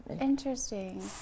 Interesting